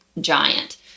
giant